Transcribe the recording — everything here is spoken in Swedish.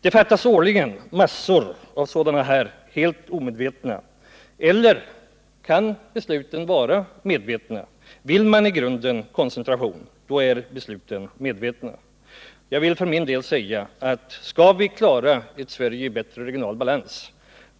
Det fattas årligen massor av sådana här omedvetna beslut. Eller kan besluten vara medvetna? Vill man i grunden en koncentration, då är besluten medvetna. Om vi skall få Sverige i en bättre regional balans,